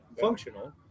functional